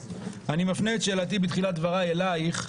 אני מפנה את שאלתי בתחילת דבריי אלייך: